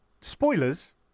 spoilers